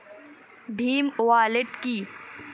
Bhim wallet কি?